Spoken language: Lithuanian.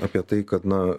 apie tai kad na